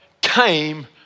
came